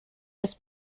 his